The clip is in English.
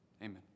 Amen